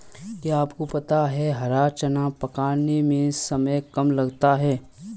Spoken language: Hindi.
क्या आपको पता है हरा चना पकाने में समय कम लगता है?